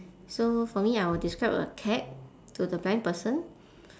so for me I will describe a cat to the blind person